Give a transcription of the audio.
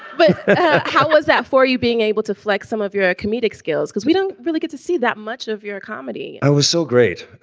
but how was that for you being able to flex some of your comedic skills? because we don't really get to see that much of your comedy i was so great.